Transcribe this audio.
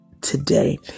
today